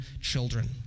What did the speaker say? children